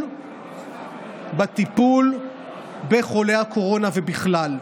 בטיפול בחולי הקורונה ובכלל.